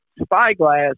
Spyglass